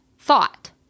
thought